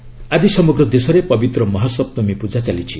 ମହାସପ୍ତମୀ ଆଜି ସମଗ୍ର ଦେଶରେ ପବିତ୍ର ମହାସପ୍ତମୀ ପ୍ରଜା ଚାଲିଛି